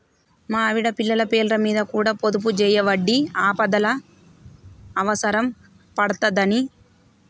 మా ఆవిడ, పిల్లల పేర్లమీద కూడ పొదుపుజేయవడ్తి, ఆపదల అవుసరం పడ్తదని